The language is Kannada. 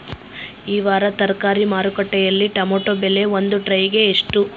ಈ ವಾರದ ತರಕಾರಿ ಮಾರುಕಟ್ಟೆಯಲ್ಲಿ ಟೊಮೆಟೊ ಬೆಲೆ ಒಂದು ಟ್ರೈ ಗೆ ಎಷ್ಟು?